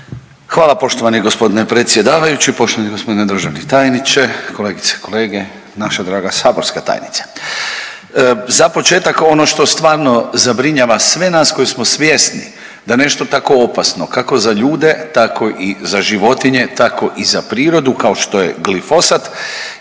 Hvala poštovani gospodine predsjedavajući, poštovani gospodine državni tajniče, kolegice i kolege, naša draga saborska tajnice. Za početak ono što stvarno zabrinjava sve nas koji smo svjesni da nešto tako opasno kako za ljude, tako i za životinje, tako i za prirodu kao što je glifosat